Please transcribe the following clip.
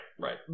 right